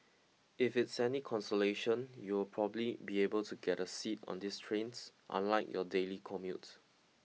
if it's any consolation you'll probably be able to get a seat on these trains unlike your daily commute